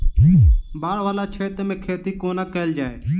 बाढ़ वला क्षेत्र मे खेती कोना कैल जाय?